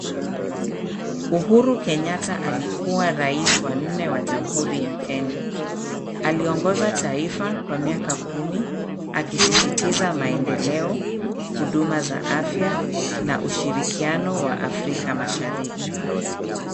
Uhuru kenyatta alikuwa rais wa nne wa jamhuri ya Kenya. Aliongoza taifa kwa miaka kumi akisisitiza maendeleo, huduma za afya na ushirikiano wa afrika mashariki.